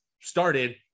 started